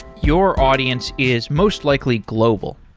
your audience is most likely global.